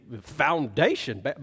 foundation